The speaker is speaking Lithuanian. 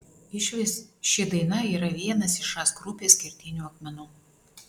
išvis ši daina yra vienas iš žas grupės kertinių akmenų